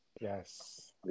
Yes